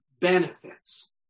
benefits